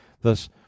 thus